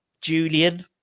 Julian